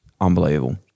unbelievable